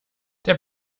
der